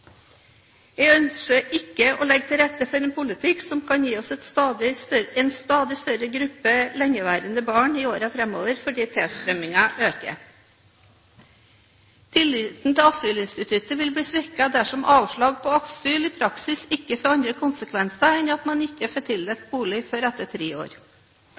Jeg ønsker ikke å legge til rette for en politikk som kan gi oss en stadig større gruppe lengeværende barn i årene framover fordi tilstrømningen øker. Tilliten til asylinstituttet vil bli svekket dersom avslag på asyl i praksis ikke får andre konsekvenser enn at man ikke får tildelt bolig før etter tre år.